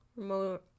more